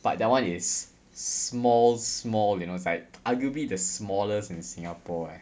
but that [one] is small small you know it's like arguably the smallest in singapore eh